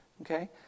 okay